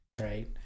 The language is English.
Right